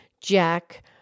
Jack